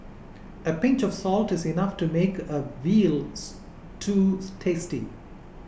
a pinch of salt is enough to make a Veal Stew tasty